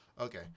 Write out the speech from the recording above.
Okay